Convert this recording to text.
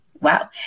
Wow